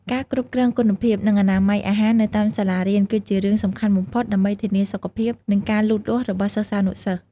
ការគ្រប់គ្រងគុណភាព និងអនាម័យអាហារនៅតាមសាលារៀន គឺជារឿងសំខាន់បំផុតដើម្បីធានាសុខភាព និងការលូតលាស់របស់សិស្សានុសិស្ស។